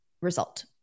result